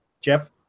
Jeff